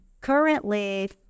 currently